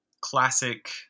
classic